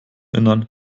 innern